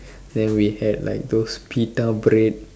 then we had like those pita bread